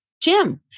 Jim